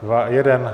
Dva. Jeden.